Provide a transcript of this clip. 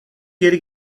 geri